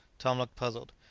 tom looked puzzled.